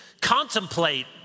contemplate